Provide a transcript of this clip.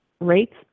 rates